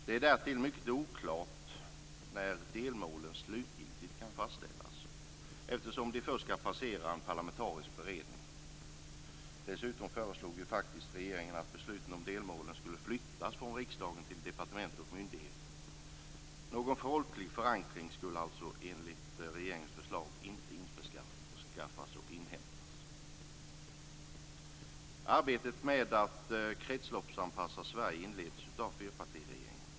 Det är därtill mycket oklart när delmålen slutgiltigt kan fastställas eftersom de först skall passera en parlamentarisk beredning. Dessutom föreslog regeringen att besluten om delmålen skulle flyttas från riksdagen till departement och myndigheter. Någon folklig förankring skulle alltså enligt regeringens förslag inte införskaffas och inhämtas. Arbetet med att kretsloppsanpassa Sverige inleddes av fyrpartiregeringen.